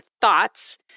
thoughts